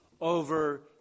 over